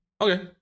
Okay